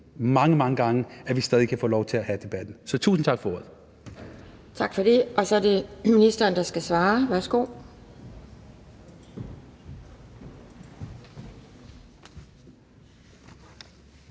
mange, mange gange, kan vi stadig få lov til at have debatten. Så tusind tak. Kl.